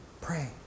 Pray